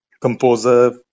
composer